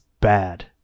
bad